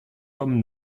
hommes